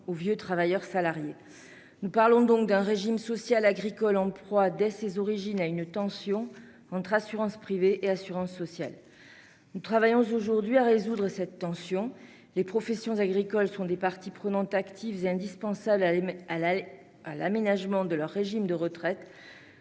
aux vieux travailleurs salariés ». Nous parlons donc d'un régime social agricole en proie, dès ses origines, à une tension entre assurance privée et assurance sociale. Nous travaillons aujourd'hui à résoudre cette tension : les professions agricoles sont des parties prenantes actives et indispensables à l'aménagement de leur régime de retraite,